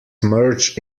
merge